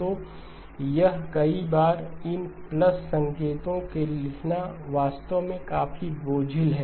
तो यह कई बार इन प्लस संकेतों को लिखना वास्तव में काफी बोझिल है